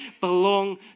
belong